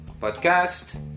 podcast